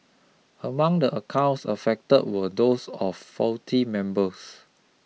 among the accounts affect were those of faculty members